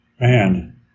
man